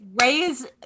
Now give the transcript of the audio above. raise